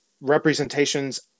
representations